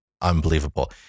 unbelievable